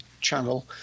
channel